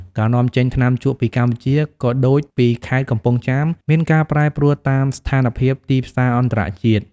ការនាំចេញថ្នាំជក់ពីកម្ពុជា ក៏ដូចពីខេត្តកំពង់ចាម មានការប្រែប្រួលតាមស្ថានភាពទីផ្សារអន្តរជាតិ។